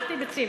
שכחתי ביצים.